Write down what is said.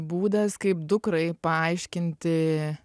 būdas kaip dukrai paaiškinti